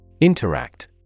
Interact